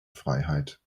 freiheit